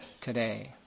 today